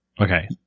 Okay